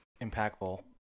impactful